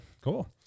Cool